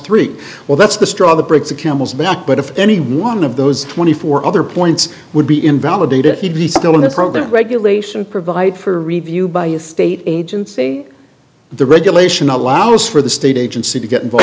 three well that's the straw that breaks the camel's back but if any one of those twenty four other points would be invalidated he'd be still in the program regulation provide for review by a state agency the regulation allows for the state agency to get